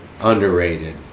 Underrated